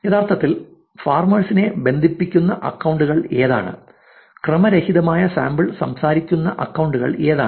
യഥാർത്ഥത്തിൽ ഫാർമേഴ്സിനെ ബന്ധിപ്പിക്കുന്ന അക്കൌണ്ടുകൾ ഏതാണ് ക്രമരഹിതമായ സാമ്പിൾ സംസാരിക്കുന്ന അക്കൌണ്ടുകൾ ഏതാണ്